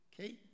Okay